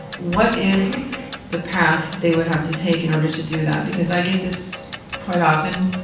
what is the path they would have to take in order to do that? because i get this quite often.